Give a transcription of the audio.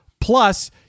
Plus